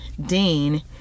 Dean